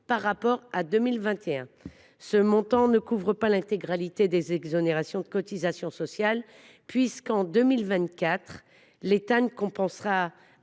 par rapport à 2021. Il ne couvre pas l’intégralité des exonérations de cotisations sociales. En effet, en 2024, l’État ne compensera